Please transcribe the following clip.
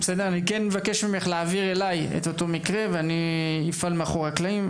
אני כן מבקש ממך להעביר אליי את אותו מקרה ואני אפעל מאחורי הקלעים,